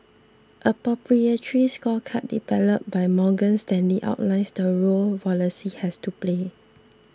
a proprietary scorecard developed by Morgan Stanley outlines the role policy has to play